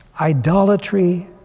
Idolatry